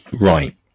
Right